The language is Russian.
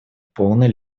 полной